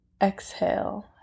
exhale